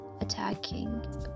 attacking